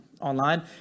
online